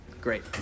Great